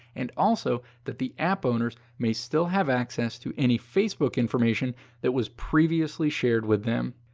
and also that the app owners may still have access to any facebook information that was previously shared with them.